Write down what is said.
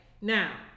Now